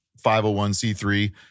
501c3